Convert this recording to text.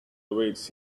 awaits